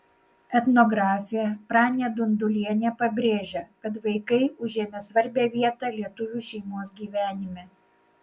etnografė pranė dundulienė pabrėžia kad vaikai užėmė svarbią vietą lietuvių šeimos gyvenime